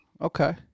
Okay